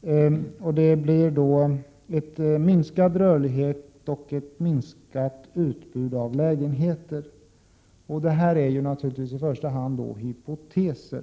det kommer att bli en minskad rörlighet och ett minskat utbud av lägenheter. Detta är naturligtvis i första hand hypoteser.